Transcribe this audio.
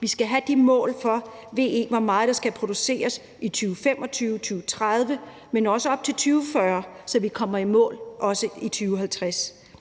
Vi skal have de mål for, hvor meget VE der skal produceres i 2025 og 2030, men også op til 2040, så vi kommer i mål i 2050.